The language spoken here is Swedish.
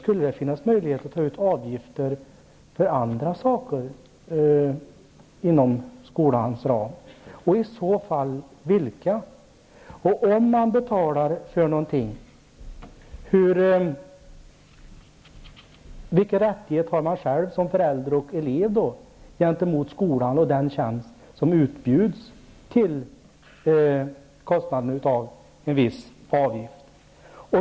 Skulle det finnas möjligheter att ta ut avgifter för andra saker inom skolans ram, och i så fall för vilka? Om man betalar för någonting, vilken rättighet har man då själv som förälder och elev gentemot skolan när det gäller den tjänst som utbjuds till priset av en viss avgift?